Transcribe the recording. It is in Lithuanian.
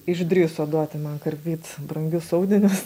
išdrįso duoti man karpyt brangius audinius